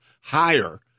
higher